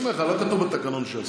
לא כתוב בתקנון שאסור.